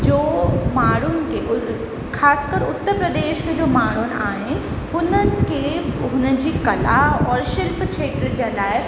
जो माण्हुनि खे ख़ासि कर उत्तर प्रदेश में जो माण्हुनि आहिनि हुननि खे हुननि जी कला और शिल्प क्षेत्र जे लाइ